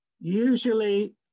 Usually